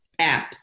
apps